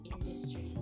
industry